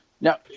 Now